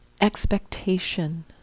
expectation